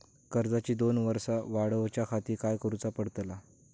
कर्जाची दोन वर्सा वाढवच्याखाती काय करुचा पडताला?